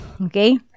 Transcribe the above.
Okay